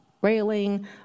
railing